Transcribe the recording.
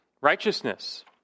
righteousness